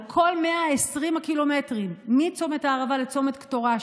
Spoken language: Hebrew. על כל 120 הקילומטרים מצומת הערבה לצומת קטורה,